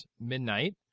midnight